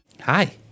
Hi